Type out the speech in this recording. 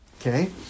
okay